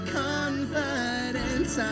confidence